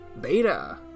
Beta